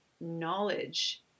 knowledge